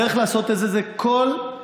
הדרך לעשות את זה זה כל דבר,